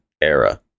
era